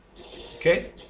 Okay